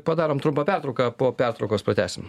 padarom pertrauką po pertraukos pratęsim